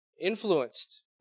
influenced